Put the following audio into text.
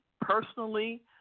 personally